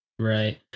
Right